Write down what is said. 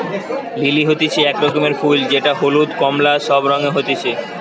lily হতিছে এক রকমের ফুল যেটা হলুদ, কোমলা সব রঙে হতিছে